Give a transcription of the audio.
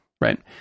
Right